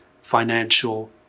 financial